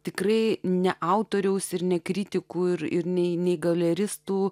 tikrai ne autoriaus ir ne kritikų ir ir nei nei galeristų